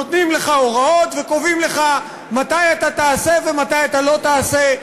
נותנים לך הוראות וקובעים לך מתי אתה תעשה ומתי אתה לא תעשה.